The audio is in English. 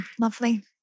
Lovely